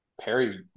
Perry